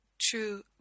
true